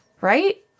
Right